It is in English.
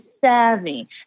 savvy